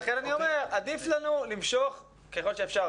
לכן אני אומר שעדיף לנו למשוך זמן ככל שאפשר,